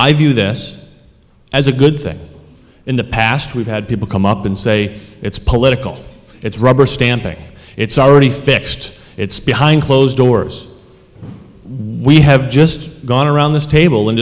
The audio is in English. view this as a good thing in the past we've had people come up and say it's political it's rubber stamping it's already fixed it's behind closed doors why we have just gone around this table and